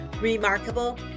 remarkable